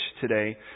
today